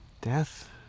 Death